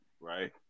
right